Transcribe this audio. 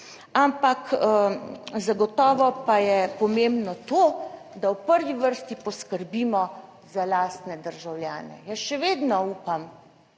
ampak zagotovo pa je pomembno to, da v prvi vrsti poskrbimo za lastne državljane. Jaz še vedno upam,